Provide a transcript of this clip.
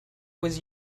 was